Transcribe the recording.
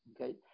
okay